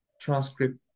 transcript